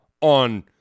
on